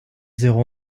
zéro